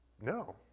no